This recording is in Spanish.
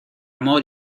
amor